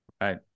Right